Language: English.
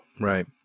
right